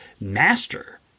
master